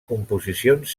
composicions